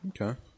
Okay